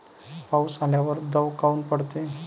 पाऊस आल्यावर दव काऊन पडते?